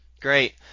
Great